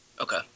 Okay